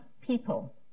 people